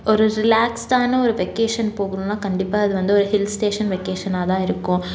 ஒரு ரிலாக்ஸ்டான ஒரு வெக்கேஷன் போகணும்னா கண்டிப்பாக அது வந்து ஒரு ஹில்ஸ் ஸ்டேஷன் வெக்ககேஷனாக தான் இருக்கும்